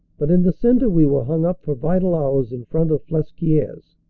but in the centre we were hung up for vital hours in front of flesquieres.